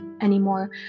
anymore